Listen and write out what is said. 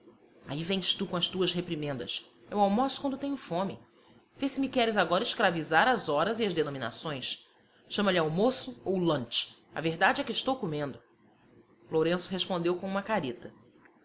aí vens tu com as tuas reprimendas eu almoço quando tenho fome vê se me queres agora escravizar às horas e às denominações chama-lhe almoço ou lunch a verdade é que estou comendo lourenço respondeu com uma careta